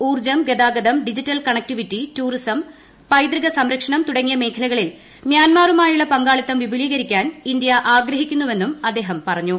ഊർജ്ജം ഗതാഗതം digital connectivity tourism പൈതൃക സംരക്ഷണം തുടങ്ങിയ മേഖലകളിൽ മ്യാൻമറുമായുള്ള പങ്കാളിത്തം വിപുലീകരിക്കാൻ ഇന്ത്യ ആഗ്രഹിക്കുന്നുവെന്നും അദ്ദേഹം പറഞ്ഞു